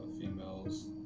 females